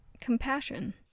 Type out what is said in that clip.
compassion